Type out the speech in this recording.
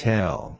Tell